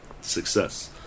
success